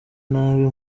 nabi